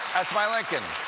that's my lincoln.